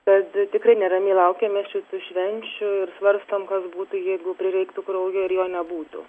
tad tikrai neramiai laukiame šitų švenčių ir svarstom kas būtų jeigu prireiktų kraujo ir jo nebūtų